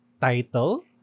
title